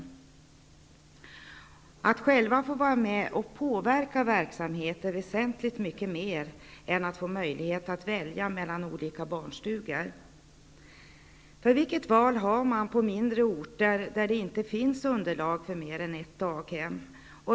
Att själva få vara med och påverka verksamheten är väsentligt mycket mer än att få möjlighet att välja mellan olika barnstugor. Vilket val har man på mindre orter där det inte finns underlag för mer än ett daghem.